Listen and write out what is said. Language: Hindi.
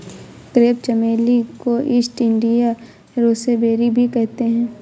क्रेप चमेली को ईस्ट इंडिया रोसेबेरी भी कहते हैं